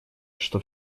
что